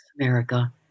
America